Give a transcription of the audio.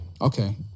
Okay